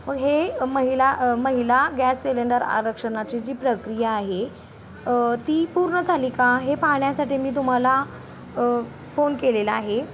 हे महिला महिला गॅस सिलेंडर आरक्षणाची जी प्रक्रिया आहे ती पूर्ण झाली का हे पाहाण्यासाठी मी तुम्हाला फोन केलेला आहे